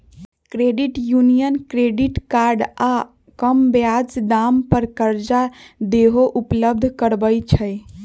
credit union credit card आऽ कम ब्याज दाम पर करजा देहो उपलब्ध करबइ छइ